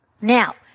Now